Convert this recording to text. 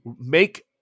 make